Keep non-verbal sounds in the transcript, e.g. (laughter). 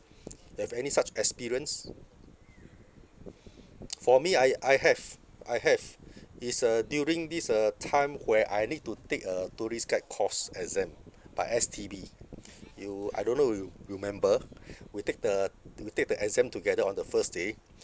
(noise) you have any such experience (noise) for me I I have I have is uh during this uh time where I need to take a tourist guide course exam by S_T_B you I don't know you remember we take the we take the exam together on the first day